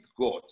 God